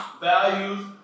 values